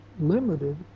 limited